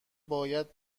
باید